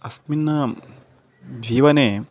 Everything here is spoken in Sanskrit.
अस्मिन् जीवने